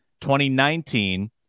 2019